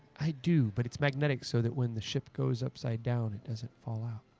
i do, but it's magnetic so that when the ship goes upside down it doesn't fall. ah